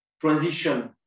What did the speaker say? transition